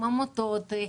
עם עמותות,